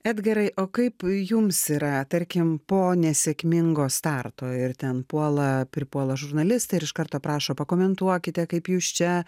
edgarai o kaip jums yra tarkim po nesėkmingo starto ir ten puola pripuola žurnalistai ir iš karto prašo pakomentuokite kaip jūs čia